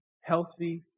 healthy